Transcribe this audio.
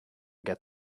get